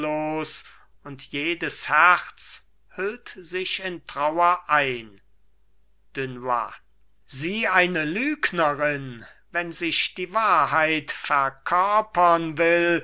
und jedes herz hüllt sich in trauer ein dunois sie eine lügnerin wenn sich die wahrheit verkörpern will